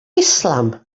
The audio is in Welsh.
islam